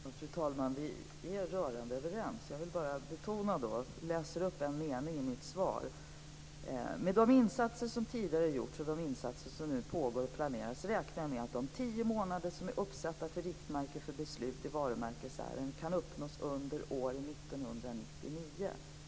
Fru talman! Vi är rörande överens. Men jag vill bara betona en sak. Jag läser upp en mening i mitt svar: "Med de insatser som tidigare har gjorts och de insatser som nu pågår och planeras räknar jag med att de tio månader som är satta som riktmärke för beslut i varumärkesärenden kan uppnås under år 1999."